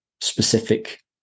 specific